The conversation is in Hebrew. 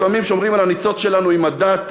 לפעמים שומרים על הניצוץ שלנו עם הדת,